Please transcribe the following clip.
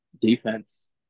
defense